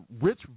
rich